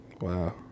Wow